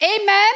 Amen